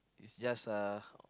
is just a